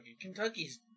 Kentucky's